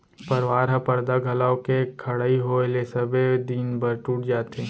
परवार ह परदा घलौ के खड़इ होय ले सबे दिन बर टूट जाथे